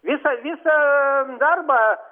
visą visą darbą